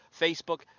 Facebook